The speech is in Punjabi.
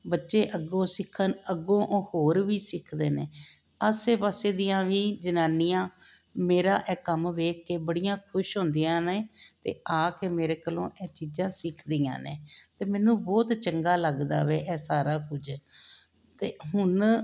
ਬੱਚੇ ਅੱਗੋਂ ਸਿੱਖਣ ਅੱਗੋਂ ਉਹ ਹੋਰ ਵੀ ਸਿੱਖਦੇ ਨੇ ਆਸੇ ਪਾਸੇ ਦੀਆਂ ਵੀ ਜਨਾਨੀਆਂ ਮੇਰਾ ਐਹ ਕੰਮ ਵੇਖ ਕੇ ਬੜੀਆਂ ਖੁਸ਼ ਹੁੰਦੀਆਂ ਨੇ ਤੇ ਆ ਕੇ ਮੇਰੇ ਕੋਲੋਂ ਐ ਚੀਜ਼ਾਂ ਸਿਖਦੀਆਂ ਨੇ ਤੇ ਮੈਨੂੰ ਬਹੁਤ ਚੰਗਾ ਲੱਗਦਾ ਵੇ ਐ ਸਾਰਾ ਕੁੱਝ ਤੇ ਹੁਣ